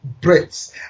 Brits